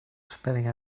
spelling